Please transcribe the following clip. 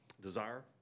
desire